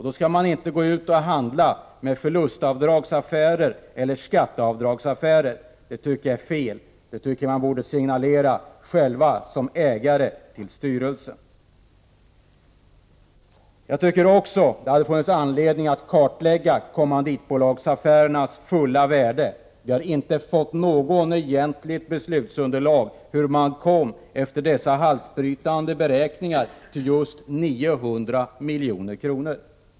Då skall man inte gå ut och handla med förlustavdragsaffärer eller skatteavdragsaffärer. Det tycker jag är fel, och det tycker jag att man själv som ägare borde signalera till styrelsen. Jag tycker också att det hade funnits anledning att kartlägga kommanditbolagsaffärernas fulla värde. Vi har inte fått några egentliga beslutsunderlag om hur man, efter dessa halsbrytande beräkningar, kom fram till just 900 milj.kr.